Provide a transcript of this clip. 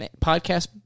Podcast